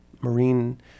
marine